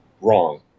wrong